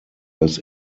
als